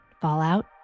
Fallout